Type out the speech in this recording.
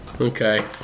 Okay